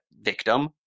victim